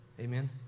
Amen